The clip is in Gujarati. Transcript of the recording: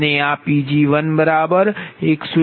અને આ Pg1 188